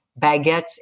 baguettes